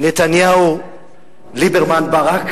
נתניהו-ליברמן-ברק,